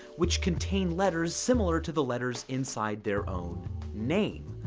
which contain letters similar to the letters inside their own name.